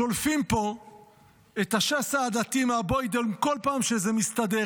שולפים פה את השסע העדתי מהבוידעם כל פעם שזה מסתדר,